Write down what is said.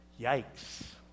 Yikes